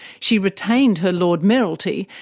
she retained her lord mayoralty,